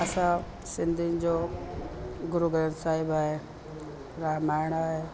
असां सिंधियुनि जो गुरु ग्रंथ साहिब आहे रामायण आहे